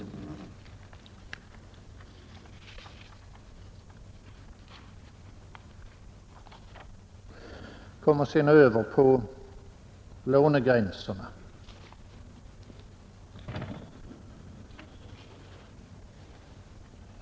Jag kommer sedan över på frågan om lånegränserna.